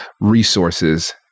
resources